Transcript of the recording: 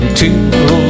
two